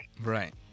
right